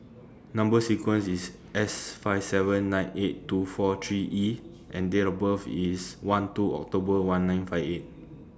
Number sequence IS S five seven nine eight two four three E and Date of birth IS one two October one nine five eight